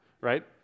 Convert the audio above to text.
right